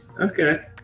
Okay